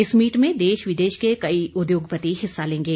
इस मीट में देश विदेश के कई उद्योगपति हिस्सा लेंगे